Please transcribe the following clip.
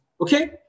Okay